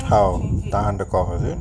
how under cough here